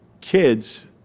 kids